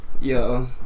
Yo